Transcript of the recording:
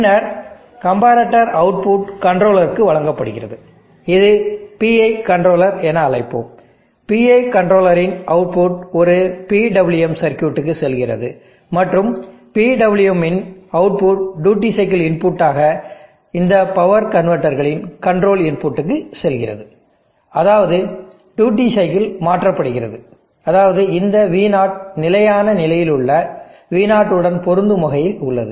பின்னர் comparator output கண்ட்ரோலருக்கு வழங்கப்படுகிறது இது PI கண்ட்ரோலர் என அழைப்போம் PI கண்ட்ரோலரின் அவுட்புட் ஒரு PWM சர்க்யூட்டுக்கு செல்கிறது மற்றும் PWM இன் அவுட்புட் டியூட்டி சைக்கிள் இன்புட்டாக இந்த பவர் கன்வெர்ட்டர்களின் கண்ட்ரோல் இன்புட்டுக்கு செல்கிறது அதாவது டியூட்டி சைக்கிள் மாற்றப்படுகிறது அதாவது இந்த V0 நிலையான நிலையிலுள்ள V0 உடன் பொருந்தும் வகையில் உள்ளது